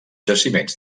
jaciments